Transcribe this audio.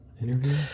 interview